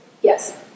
Yes